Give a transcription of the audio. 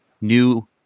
new